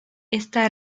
esta